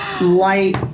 Light